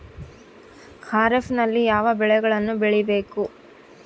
ಖಾರೇಫ್ ನಲ್ಲಿ ಯಾವ ಬೆಳೆಗಳನ್ನು ಬೆಳಿಬೇಕು?